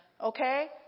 okay